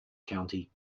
county